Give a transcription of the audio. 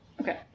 okay